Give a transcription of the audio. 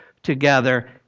together